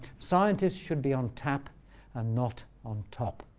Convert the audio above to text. scientists should be on tap and not on top.